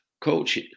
Coach